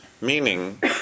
meaning